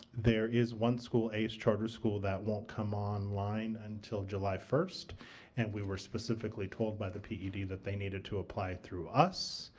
there is one school, ace charter school, that won't come online until july first and we were specifically told by the ped that they needed to apply through us